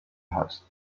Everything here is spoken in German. hat